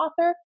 author